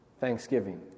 thanksgiving